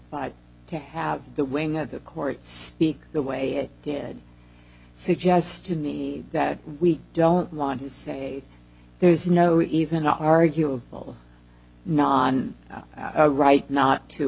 y to have the wing of the court speak the way it did suggest to me that we don't want to say there's no even arguable non a right not to